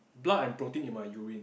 blood and protein in my urine